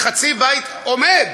וחצי בית עומד,